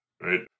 right